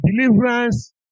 deliverance